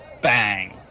bang